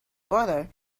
borders